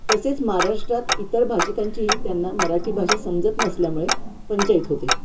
तसेच महाराष्ट्रात इतर भाषिकांचीही त्यांना मराठी भाषा समजत नसल्यामुळे पंचाईत होते